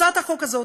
הצעת החוק הזאת,